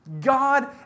God